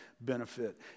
benefit